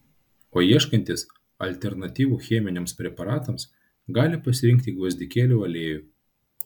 o ieškantys alternatyvų cheminiams preparatams gali pasirinkti gvazdikėlių aliejų